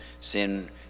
Sin